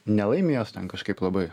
nelaimi jos ten kažkaip labai